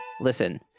listen